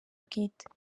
bwite